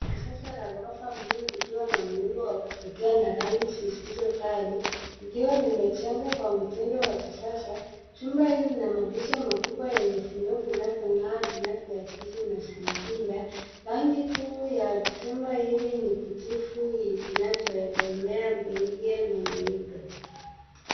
Jumba la kisasa la ghorofa mbili likiwa na muundo wa kuvutia na rangi zisizo kali, likiwa limejengwa kwa mtindo wa kisasa. Jumba hili lina madirisha makubwa yenye vioo vinavyoong'aa vinavyoakivu mazingira. Rangi kuu ya jumba hili ni kijivu yenye kinachoegemea mihiga na myeupe.